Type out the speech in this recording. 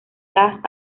las